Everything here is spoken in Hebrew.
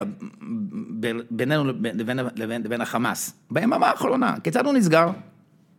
בינינו לבין החמאס, ביממה האחרונה, כיצד הוא נסגר?